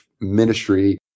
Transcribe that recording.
ministry